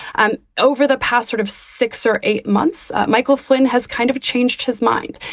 and over the past sort of six or eight months, michael flynn has kind of changed his mind.